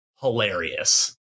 hilarious